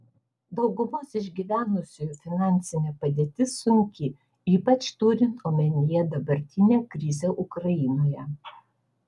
daugumos išgyvenusiųjų finansinė padėtis sunki ypač turint omenyje dabartinę krizę ukrainoje